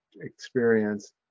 experience